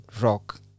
rock